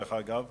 דרך אגב,